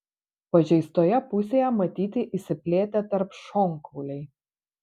pažeistoje pusėje matyti išsiplėtę tarpšonkauliai